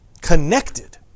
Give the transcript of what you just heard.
connected